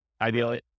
ideally